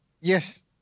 yes